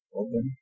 open